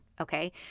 okay